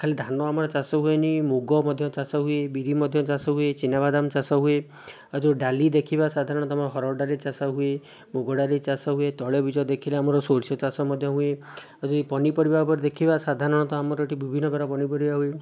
ଖାଲି ଧାନ ଆମର ଚାଷ ହୁଏନି ମୁଗ ମଧ୍ୟ ଚାଷ ହୁଏ ବିରି ମଧ୍ୟ ଚାଷ ହୁଏ ଚିନାବାଦାମ ଚାଷ ହୁଏ ଆଉ ଯେଉଁ ଡାଲି ଦେଖିବା ସାଧାରଣତଃ ହରଡ଼ ଡାଲି ଚାଷ ହୁଏ ମୁଗ ଡାଲି ଚାଷ ହୁଏ ତୈଳବୀଜ ଦେଖିଲେ ଆମର ସୋରିଷ ଚାଷ ମଧ୍ୟ ହୁଏ ଆଉ ଯଦି ପନିପରିବା ଉପରେ ଦେଖିବା ସାଧାରଣତଃ ଆମର ଏଇଠି ବିଭିନ୍ନ ପ୍ରକାର ପନିପରିବା ହୁଏ